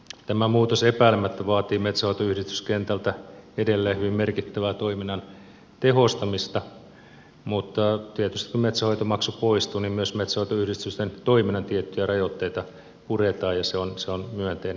tämä muutos epäilemättä vaatii metsänhoitoyhdistyskentältä edelleen hyvin merkittävää toiminnan tehostamista mutta tietysti kun metsänhoitomaksu poistuu niin myös metsänhoitoyhdistysten toiminnan tiettyjä rajoitteita puretaan ja se on myönteinen asia